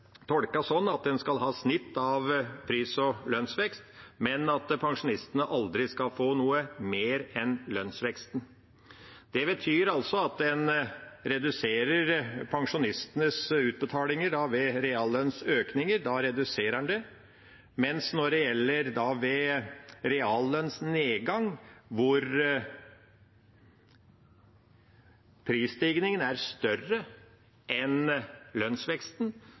sånn at en skal ha snitt av pris- og lønnsvekst, men at pensjonistene aldri skal få noe mer enn lønnsveksten. Det betyr at en reduserer pensjonistenes utbetalinger ved reallønnsøkninger, mens ved reallønnsnedgang, hvor prisstigningen er større enn lønnsveksten, er det lønnsveksten som skal begrense regnestykket. Dermed taper en da